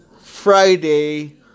Friday